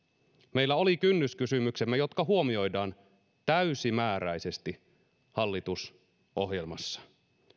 meillä oli kynnyskysymyksemme jotka huomioidaan täysimääräisesti hallitusohjelmassa